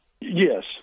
Yes